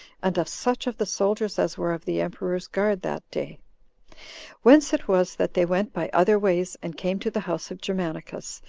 and of such of the soldiers as were of the emperor's guard that day whence it was that they went by other ways, and came to the house of germanicus,